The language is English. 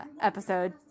episode